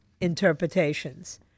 interpretations